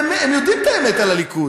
הם באמת, הם יודעים את האמת על הליכוד.